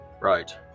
Right